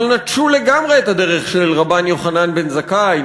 אבל נטשו לגמרי את הדרך של רבן יוחנן בן זכאי,